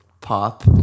pop